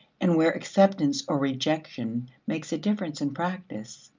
and where acceptance or rejection makes a difference in practice.